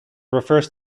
refers